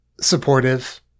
supportive